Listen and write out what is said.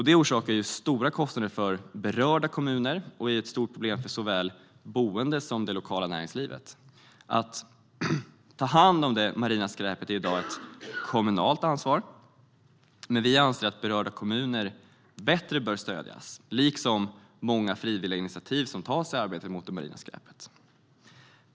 Det orsakar stora kostnader för berörda kommuner och är ett stort problem för såväl boende som det lokala näringslivet. Att ta hand om det marina skräpet är i dag ett kommunalt ansvar. Vi anser att berörda kommuner bör stödjas bättre, liksom de många frivilliga initiativ som tas i arbetet mot det marina skräpet.